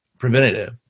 preventative